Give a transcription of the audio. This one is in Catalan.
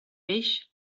peix